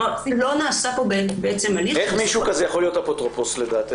לא נעשה פה הליך --- איך מישהו כזה יכול להיות אפוטרופוס לדעתך?